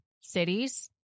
cities